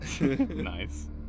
Nice